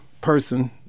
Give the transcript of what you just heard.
person